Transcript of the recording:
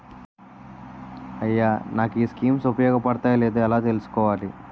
అయ్యా నాకు ఈ స్కీమ్స్ ఉపయోగ పడతయో లేదో ఎలా తులుసుకోవాలి?